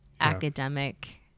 academic